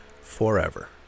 forever